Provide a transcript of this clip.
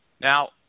Now